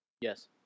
yes